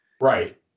Right